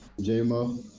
J-Mo